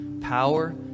power